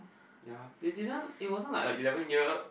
ya they didn't it wasn't like a eleven year